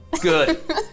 Good